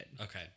Okay